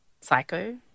psycho